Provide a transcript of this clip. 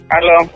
Hello